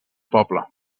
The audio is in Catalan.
poble